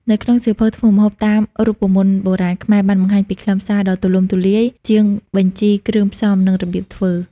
នៅក្នុងសៀវភៅធ្វើម្ហូបតាមរូបមន្តបុរាណខ្មែរបានបង្ហាញពីខ្លឹមសារដ៏ទូលំទូលាយជាងបញ្ជីគ្រឿងផ្សំ និងរបៀបធ្វើ។